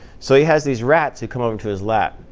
so he has these rats who come over to his lab.